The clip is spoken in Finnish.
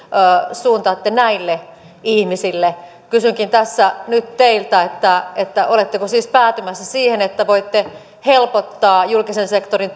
suuntaatte näille ihmisille kysynkin tässä nyt teiltä oletteko siis päätymässä siihen että voitte helpottaa julkisen sektorin